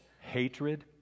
hatred